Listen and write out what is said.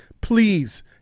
please